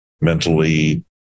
mentally